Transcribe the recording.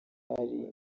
hari